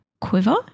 quiver